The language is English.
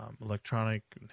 electronic